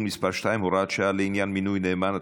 מס' 2) (הוראת שעה לעניין מינוי נאמן),